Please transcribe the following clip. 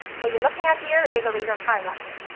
what you're looking at here is a resource hierarchy.